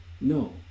no